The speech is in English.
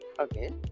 Okay